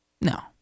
No